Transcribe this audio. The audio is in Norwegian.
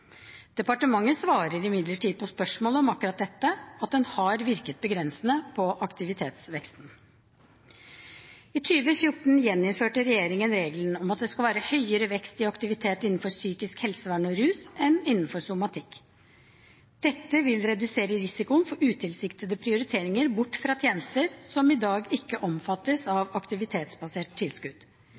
Departementet svarer imidlertid på spørsmål om akkurat dette og sier at det har virket begrensende på aktivitetsveksten. I 2014 gjeninnførte regjeringen regelen om at det skal være høyere vekst i aktivitet innenfor psykisk helsevern og rus enn innenfor somatikk. Dette vil redusere risikoen for utilsiktede prioriteringer bort fra tjenester som i dag ikke omfattes av aktivitetsbaserte tilskudd.